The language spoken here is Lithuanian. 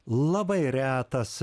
labai retas